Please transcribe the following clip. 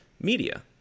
media